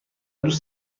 دوست